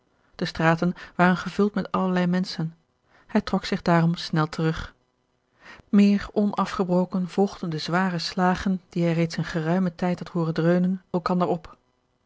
de straten waren gevuld met allerlei menschen hij trok zich daarom snel terug meer onafgebroken volgden de zware slagen die hij reeds een geruimen tijd had hooren dreunen elkander op